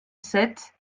sept